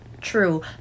True